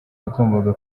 yagombaga